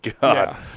god